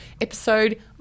episode